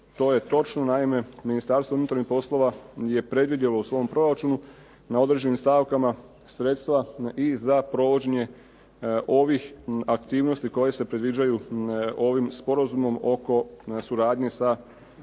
To je točno. Naime, Ministarstvo unutarnjih poslova je predvidjelo u svom proračunu na određenim stavkama sredstva i za provođenje ovih aktivnosti koje se predviđaju ovim sporazumom oko suradnje sa